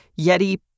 Yeti